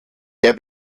der